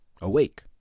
awake